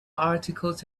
articles